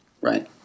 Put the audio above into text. Right